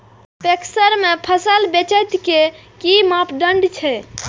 PACS में फसल बेचे के कि मापदंड छै?